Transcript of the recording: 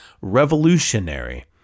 revolutionary